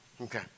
Okay